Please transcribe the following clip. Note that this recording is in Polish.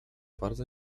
bardzo